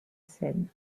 scène